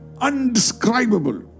Undescribable